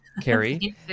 Carrie